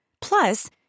Plus